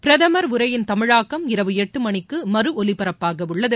பிரதமர் உரையின் தமிழாக்கம் இரவு எட்டு மணிக்கு மறு ஒலிபரப்பாகவுள்ளது